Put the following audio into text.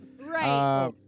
Right